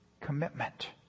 commitment